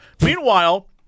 Meanwhile